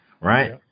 right